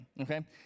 okay